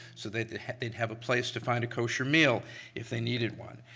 so they'd have they'd have a place to find a kosher meal if they needed one.